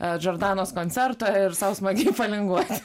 ar džordanos koncerto ir sau smagiai palinguot